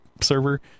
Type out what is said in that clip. server